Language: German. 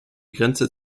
grenze